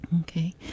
Okay